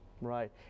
Right